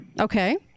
Okay